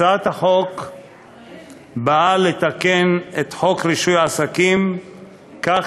הצעת החוק באה לתקן את חוק רישוי עסקים כך